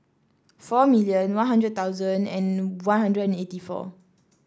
four million One Hundred thousand and One Hundred and eighty four